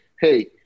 hey